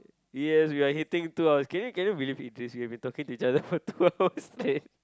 yes we are hitting two hours can you can you believe it Idris we have been talking to each other for two hours eh